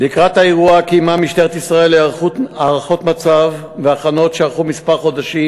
לקראת האירוע קיימה משטרת ישראל הערכות מצב והכנות שארכו חודשים